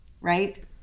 Right